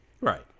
Right